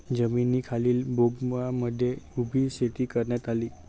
जमिनीखालील बोगद्यांमध्येही उभी शेती करण्यात आली